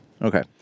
Okay